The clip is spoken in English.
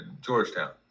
Georgetown